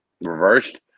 reversed